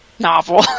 novel